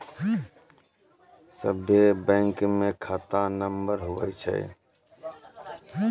सभे बैंकमे खाता नम्बर हुवै छै